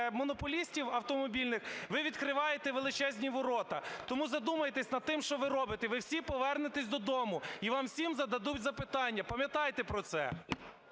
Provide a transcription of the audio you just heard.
монополістів автомобільних ви відкриваєте величезні ворота. Тому, задумайтесь над тим, що ви робите. Ви всі повернетесь додому і вам всім зададуть запитання. Пам'ятайте про це!